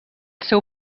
seu